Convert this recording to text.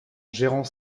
gérant